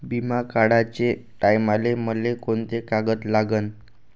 बिमा काढाचे टायमाले मले कोंते कागद लागन?